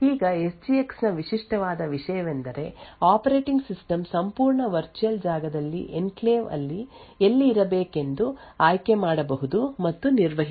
ಈಗ S G X ನ ವಿಶಿಷ್ಟವಾದ ವಿಷಯವೆಂದರೆ ಆಪರೇಟಿಂಗ್ ಸಿಸ್ಟಮ್ ಸಂಪೂರ್ಣ ವರ್ಚುವಲ್ ಜಾಗದಲ್ಲಿ ಎನ್ಕ್ಲೇವ್ ಎಲ್ಲಿ ಇರಬೇಕೆಂದು ಆಯ್ಕೆ ಮಾಡಬಹುದು ಮತ್ತು ನಿರ್ವಹಿಸಬಹುದು